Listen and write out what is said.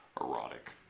erotic